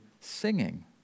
singing